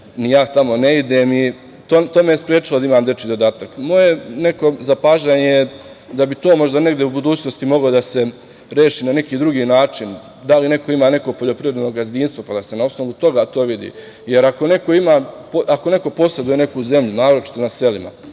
ni ja tamo ne idem, to me je sprečilo da imam dečiji dodatak. Moje neko zapažanje je, da bi to možda negde u budućnosti moglo da se reši na neki drugi način da li neko ima neko poljoprivredno gazdinstvo, pa da se na osnovu toga to vidi, jer ako neko poseduje neku zemlju, naročito na selima,